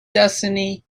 destiny